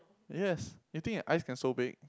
yes you think eyes can so big